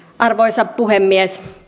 arvoisa puhemies